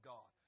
God